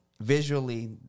visually